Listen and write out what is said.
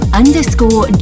underscore